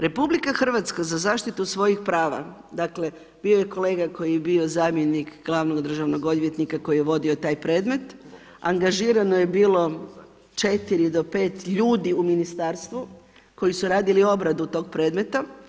RH za zaštitu svojih prava, dakle, bio je kolega, koji je bio zamjenik gl. državnog odvjetnika, koji je vodio taj predmet, angažirano je bilo 4-5 ljudi u ministarstvu, koji su radili obradu tog predmeta.